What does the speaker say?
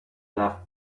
left